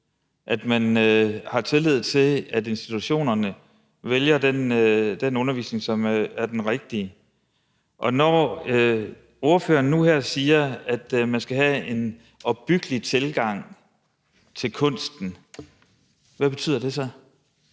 at man har tillid til, at institutionerne vælger den undervisning, som er den rigtige. Og når ordføreren nu her siger, at man skal have en opbyggelig tilgang til kunsten, hvad betyder det så?